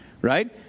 right